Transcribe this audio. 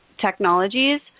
technologies